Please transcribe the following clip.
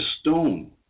stone